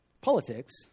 politics